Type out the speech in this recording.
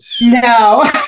No